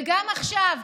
וגם עכשיו,